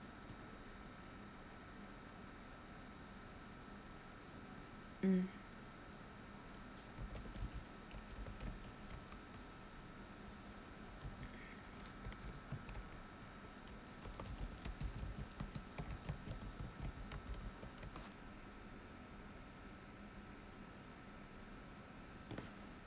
mm